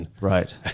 Right